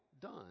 done